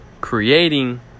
creating